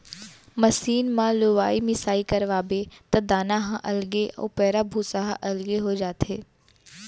machine म लुवाई मिसाई करवाबे त दाना ह अलगे अउ पैरा भूसा ह अलगे हो जाथे